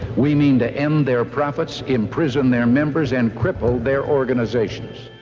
we mean to end their profits, imprison their members, and cripple their organizations.